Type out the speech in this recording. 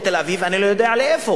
לתל-אביב ואני לא יודע לאיפה.